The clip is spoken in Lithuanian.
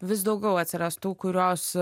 vis daugiau atsiras tų kurios